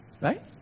Right